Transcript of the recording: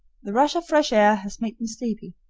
the rush of fresh air has made me sleepy.